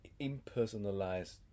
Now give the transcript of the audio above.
impersonalized